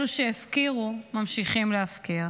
אלו שהפקירו ממשיכים להפקיר.